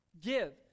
Give